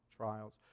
trials